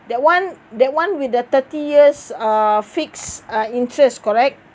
that one that one with the thirty years are fixed uh interest correct